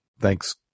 Thanks